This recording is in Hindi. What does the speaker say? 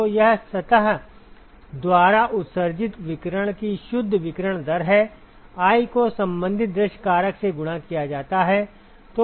तो यह सतह द्वारा उत्सर्जित विकिरण की शुद्ध विकिरण दर है i को संबंधित दृश्य कारक से गुणा किया जाता है